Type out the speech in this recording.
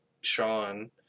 Sean